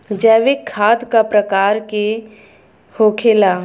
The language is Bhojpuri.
जैविक खाद का प्रकार के होखे ला?